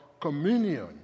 communion